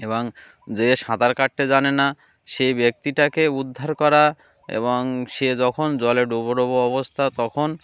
এবং যে সাঁতার কাটতে জানে না সেই ব্যক্তিটাকে উদ্ধার করা এবং সে যখন জলে ডোবো ডোবো অবস্থা তখন